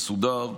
מסודר,